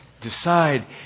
decide